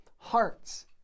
hearts